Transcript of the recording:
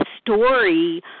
story